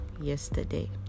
yesterday